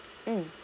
mm